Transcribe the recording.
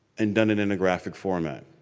and done it in a graphic format.